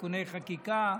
תיקוני חקיקה).